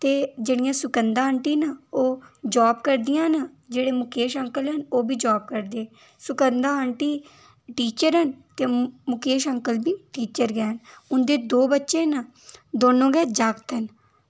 ते जेह्ड़ियां सुगंधा आंटी न ओह् जॉब करदियां न जेह्ड़े मुकेश अंकल न ओह् बी जाब करदे सुगंदा आंटी टीचर न ते मुकेश अंकल बी टीचर गै न उं'दे दो बच्चे न दोनों गै जागत न